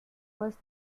was